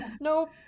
Nope